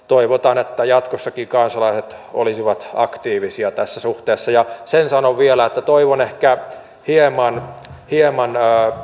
toivotaan että jatkossakin kansalaiset olisivat aktiivisia tässä suhteessa ja sen sanon vielä että toivon ehkä hieman hieman